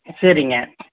சரிங்க